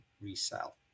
resell